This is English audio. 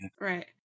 Right